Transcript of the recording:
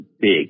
big